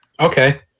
Okay